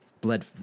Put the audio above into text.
bled